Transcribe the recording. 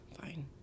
Fine